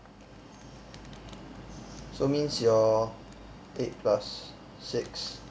so means your eight plus six